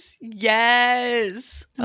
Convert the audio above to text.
Yes